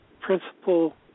principal